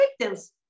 victims